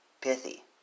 pithy